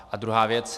A druhá věc.